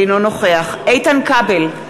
אינו נוכח איתן כבל,